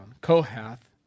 Kohath